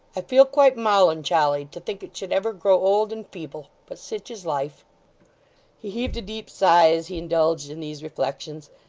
i feel quite molloncholy to think it should ever grow old and feeble. but sich is life he heaved a deep sigh as he indulged in these reflections,